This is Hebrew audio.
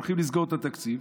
שהולכים לסגור את התקציב.